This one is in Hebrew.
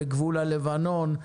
בגבול הלבנון,